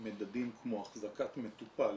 מדדים כמו החזקת מטופל